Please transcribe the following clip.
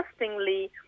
interestingly